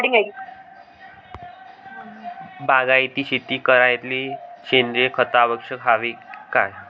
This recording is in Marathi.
बागायती शेती करायले सेंद्रिय खत आवश्यक हाये का?